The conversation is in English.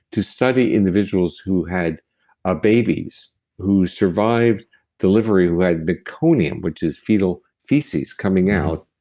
to study individuals who had ah babies who survived delivery, who had meconium, which is fetal feces coming out,